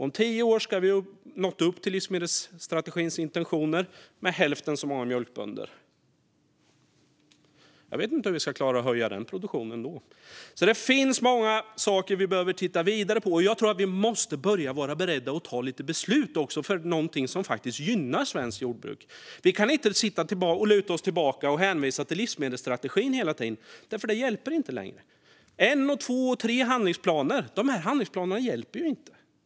Om tio år ska vi ha nått upp till livsmedelsstrategins intentioner - med hälften så många mjölkbönder. Jag vet inte hur vi ska klara att höja produktionen då. Det finns alltså många saker vi behöver titta vidare på, och jag tror att vi också måste vara beredda att ta lite beslut om någonting som faktiskt gynnar svenskt jordbruk. Vi kan inte luta oss tillbaka och hänvisa till livsmedelsstrategin hela tiden, för det hjälper inte längre. En, två och tre handlingsplaner hjälper inte.